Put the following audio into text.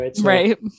Right